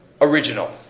original